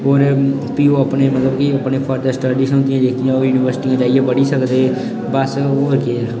होर फ्ही ओह् अपने मतलब कि अपनियां फर्दर स्टडियां होंदियां जेह्कियां ओह् यूनीवर्सटियें जाइयै पढ़ी सकदे बस होर केह् ऐ